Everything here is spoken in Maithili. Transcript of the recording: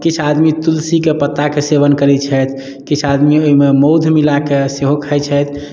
किछु आदमी तुलसीके पत्ताके सेवन करै छथि किछु आदमी ओइमे मौध मिलाके सेहो खाइ छथि